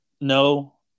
no